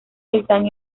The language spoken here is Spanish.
están